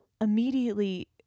immediately